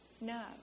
No